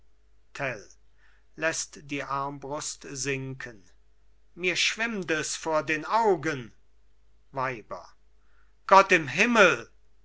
lässt die armbrust sinken mir schwimmt es vor den augen weiber gott im himmel